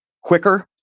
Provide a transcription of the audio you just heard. quicker